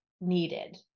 needed